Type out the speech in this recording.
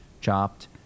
chopped